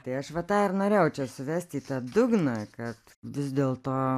tai aš va tą ir norėjau čia suvest į tą dugną kad vis dėlto